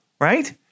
right